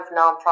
nonprofit